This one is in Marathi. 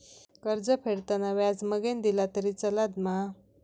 कर्ज फेडताना व्याज मगेन दिला तरी चलात मा?